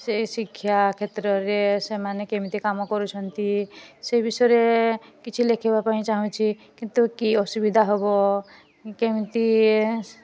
ସେଇ ଶିକ୍ଷା କ୍ଷେତ୍ରରେ ସେମାନେ କେମିତି କାମ କରୁଛନ୍ତି ସେଇ ବିଷୟରେ କିଛି ଲେଖିବା ପାଇଁ ଚାହୁଁଛି କିନ୍ତୁ କି ଅସୁବିଧା ହେବ କେମିତି